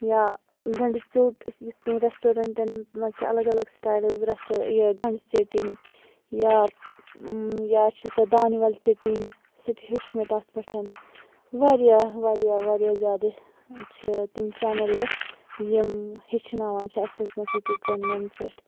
یا گَنٛڈٕ ژیٚوٹ یُس یِتھ کنۍ ریٚسٹورَنٹَن مَنٛز چھِ اَلَگ اَلَگ سٹایلٕز ریٚسٹو یہِ گَنٛڈٕ ژیٚٹٕنۍ یا یا چھِ سۄ دانِوَل ژیٚٹٕنۍ سُہ تہِ ہیٚوچھ مےٚ تَتھ پیٹھ واریاہ واریاہ واریاہ زیادٕ چھِ تِم چَنلہٕ یِم ہیٚچھناوان چھِ اَصل پٲٹھۍ یوٗٹوٗب چَنلَن پیٚٹھ